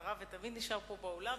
במטרה ותמיד נשאר פה באולם.